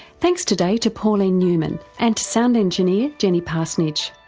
thanks today to pauline newman and sound engineer jenny parsonage.